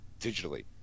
digitally